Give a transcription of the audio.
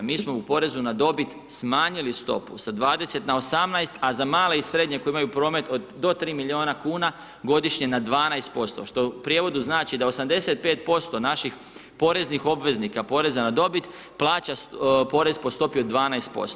Mi smo u Porezu na dobit smanjili stopu sa 20 na 18, a za male i srednje koji imaju promet do 3 milijuna kuna godišnje, na 12%, što u prijevodu znači da 85% naših poreznih obveznika Poreza na dobit, plaća porez po stopi od 12%